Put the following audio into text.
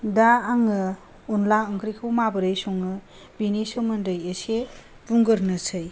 दा आङो अनला ओंख्रिखौ माबोरै सङो बिनि सोमोन्दै एसे बुंग्रोनोसै